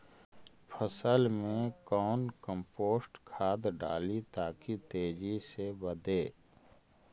फसल मे कौन कम्पोस्ट खाद डाली ताकि तेजी से बदे?